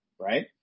Right